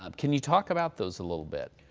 um can you talk about those a little bit?